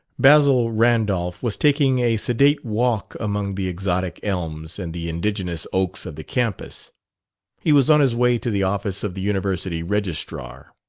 basil randolph was taking a sedate walk among the exotic elms and the indigenous oaks of the campus he was on his way to the office of the university registrar.